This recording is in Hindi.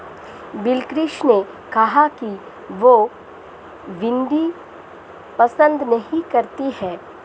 बिलकिश ने कहा कि वह भिंडी पसंद नही करती है